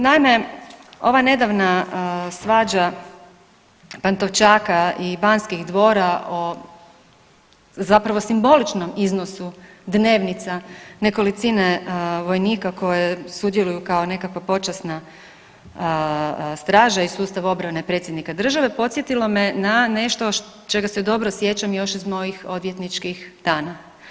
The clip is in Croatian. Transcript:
Naime, ova nedavna svađa Pantovčak i Banskih dvora o zapravo simboličnom iznosu dnevnica nekolicine vojnika koji sudjeluju kao nekakva počasna straža iz sustava obrane predsjednika države podsjetilo me na nešto čega se dobro sjećam još iz mojih odvjetničkih dana.